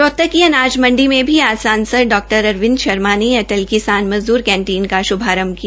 रोहतक की अनाज मंडी में भी आज सांसद डॉ अरविंद शर्मा ने अटल किसान मज़द्र कैंटीन का शुभारंभ किया